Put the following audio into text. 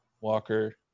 Walker